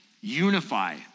unify